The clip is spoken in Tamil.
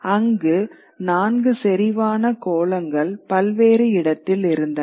அங்கு நான்கு செறிவான கோலங்கள் பல்வேறு இடத்தில் இருந்தன